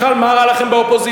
בכלל, מה רע לכם באופוזיציה?